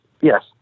Yes